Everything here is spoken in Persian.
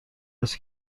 است